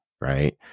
Right